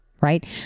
right